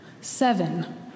seven